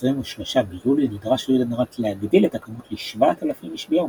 ב-23 ביולי נדרש היודנראט להגדיל את הכמות ל-7,000 איש ביום,